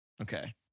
Okay